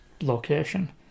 location